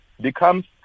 becomes